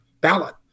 ballot